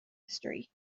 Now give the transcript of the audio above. history